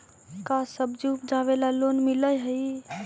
का सब्जी उपजाबेला लोन मिलै हई?